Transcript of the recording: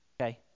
Okay